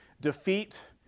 defeat